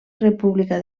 república